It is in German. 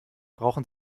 brauchen